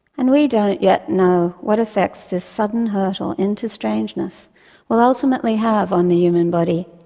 and we don't yet know what effects this sudden hurtle into strangeness will ultimately have on the human body,